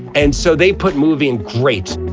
and so, they put movie and great